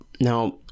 Now